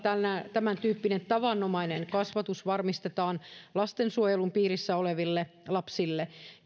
tämäntyyppinen tavanomainen kasvatus varmistetaan lastensuojelun piirissä oleville lapsille